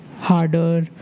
harder